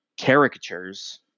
caricatures